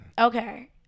Okay